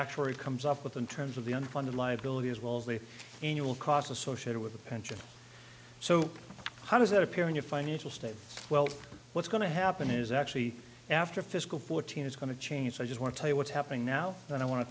actuary comes up with in terms of the unfunded liability as well as the annual costs associated with a pension so how does it appear in your financial state well what's going to happen is actually after fiscal fourteen is going to change i just want to tell you what's happening now and i want to